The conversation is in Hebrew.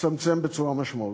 הצטמצם בצורה משמעותית.